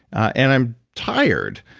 and i'm tired.